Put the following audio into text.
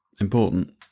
important